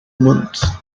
months